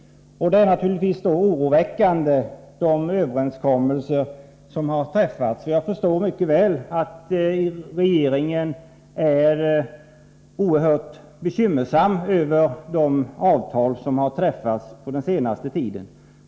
De överenskommelser som har träffats är naturligtvis oroväckande. Jag förstår mycket väl att regeringen är oerhört bekymrad över de avtal som har träffats under den senaste tiden.